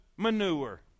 Manure